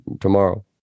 tomorrow